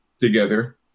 together